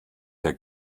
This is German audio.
der